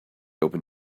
open